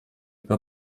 über